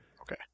Okay